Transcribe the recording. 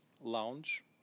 lounge